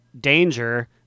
danger